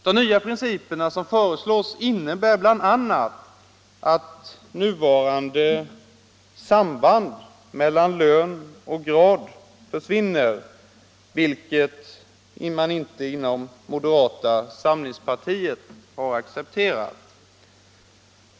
De principer som föreslås innebär bl.a. att nuvarande samband mellan lön och grad försvinner, vilket man inte har accepterat inom moderata samlingspartiet.